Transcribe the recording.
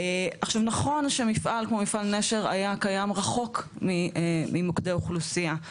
עכשיו נכון שמפעל כמו מפעל נשר היה קיים רחוק ממוקדי אוכלוסייה,